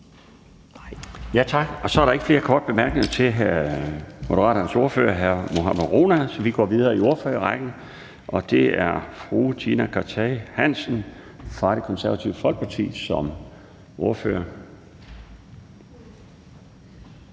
Tak. Så er der ikke flere korte bemærkninger til Moderaternes ordfører hr. Mohammad Rona. Vi går videre i ordførerrækken. Det er fru Tina Cartey Hansen som ordfører for Det Konservative Folkeparti. Værsgo.